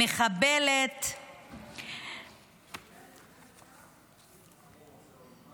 מחבלת; את מי מעניין?